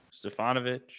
Stefanovic